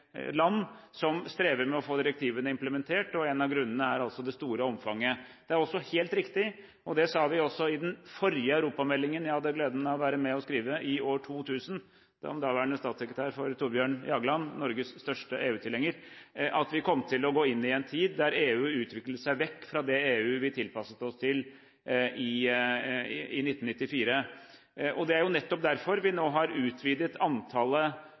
store omfanget. Det er også helt riktig – og det sa vi også i den forrige europameldingen jeg hadde gleden av å være med og skrive, i år 2000, som daværende statssekretær for Thorbjørn Jagland, Norges største EU-tilhenger – at vi kommer til å gå inn i en tid der EU utvikler seg vekk fra det EU vi tilpasset oss i 1994. Det er nettopp derfor vi nå har utvidet antallet